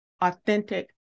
authentic